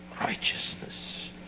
righteousness